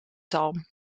zalm